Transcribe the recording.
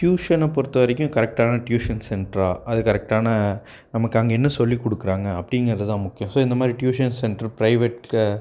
டியூஷனை பொறுத்த வரைக்கும் கரெக்டான டியூஷன் சென்ட்ரா அது கரெக்டான நமக்கு அங்கே என்ன சொல்லி கொடுக்குறாங்க அப்படிங்கிறது தான் முக்கியம் ஸோ இந்த மாதிரி டியூஷன் சென்ட்ரு ப்ரைவேட்டில்